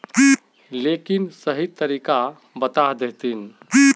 लेकिन सही तरीका बता देतहिन?